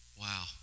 Wow